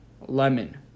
Lemon